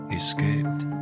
escaped